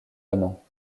amants